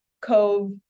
cove